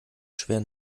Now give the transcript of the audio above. schwer